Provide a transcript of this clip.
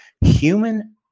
human